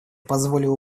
позволило